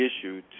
issue